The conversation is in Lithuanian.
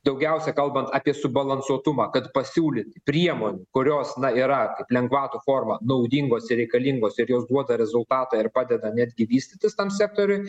daugiausia kalbant apie subalansuotumą kad pasiūlyt priemonių kurios na yra kad lengvatų forma naudingos ir reikalingos ir jos duoda rezultatą ir padeda netgi vystytis tam sektoriui